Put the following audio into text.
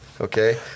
okay